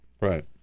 Right